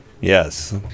Yes